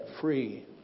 free